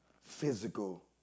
physical